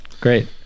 Great